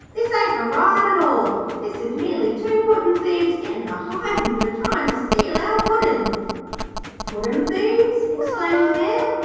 this ain't a riot at all. this is merely two puddin'-thieves gettin' a hidin' for tryin' to steal our puddin' puddin'-thieves! exclaimed the mayor.